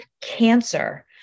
cancer